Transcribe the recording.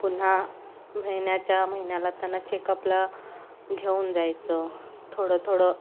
पुन्हा महिन्याच्या महिन्याला त्यांना चेकअपला घेऊन जायचं थोडं थोडं